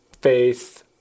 faith